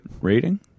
rating